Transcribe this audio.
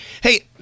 Hey